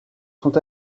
sont